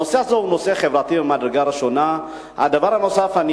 הנושא הזה הוא נושא חברתי ממדרגה ראשונה.